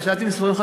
ישבתי עם סופרים.